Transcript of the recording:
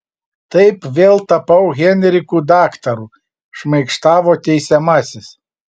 taip vėl tapau henriku daktaru šmaikštavo teisiamasis